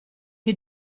che